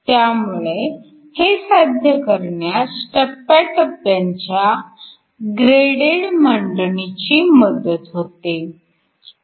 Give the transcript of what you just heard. त्यामुळे हे साध्य करण्यास टप्प्या टप्प्यांच्या ग्रेडेड मांडणीची मदत होते